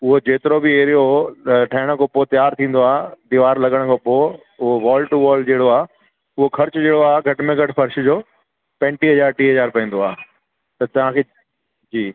उहो जेतिरो बि एरियो उहो ठहण खां पोइ तयार थींदो आहे दीवार लॻण खां पोइ उहो वॉल टू वॉल जहिड़ो आहे उहा ख़र्चु जहिड़ो आहे घटि में घटि फ़र्श जो पंजटीअ हज़ार टीह हज़ार पवंदो आहे त तव्हांखे जी